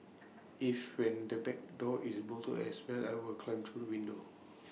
if when the back door is bolted as well I will climb through window